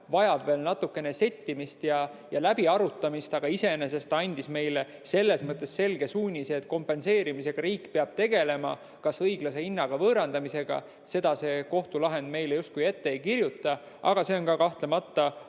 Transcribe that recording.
vajab veel natukene settimist ja läbiarutamist, aga iseenesest see andis meile selles mõttes selge suunise, et riik peab kompenseerimisega tegelema. Kas just õiglase hinnaga võõrandamisega, seda see kohtulahend meile justkui ette ei kirjuta, aga see on kahtlemata